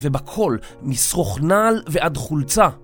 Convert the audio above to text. ובכל, משרוך נעל ועד חולצה